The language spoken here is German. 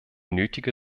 nötige